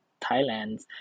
Thailand